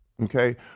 Okay